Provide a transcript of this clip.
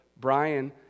Brian